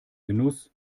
genuss